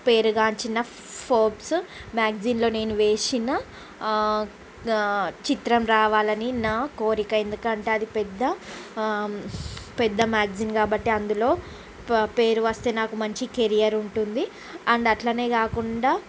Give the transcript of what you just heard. పేరు గాంచిన ఫోప్స్ మాగ్జిన్లో నేను వేసిన ఆ ఆ చిత్రం రావాలని నా కోరిక ఎందుకంటే అది పెద్ద ఆ పెద్ద మాగ్జిన్ కాబట్టి అందులో పేరు వస్తే నాకు మంచి కెరియర్ ఉంటుంది అండ్ అట్లనే కాకుండా